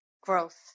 Growth